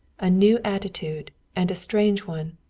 a new attitude, and a strange one,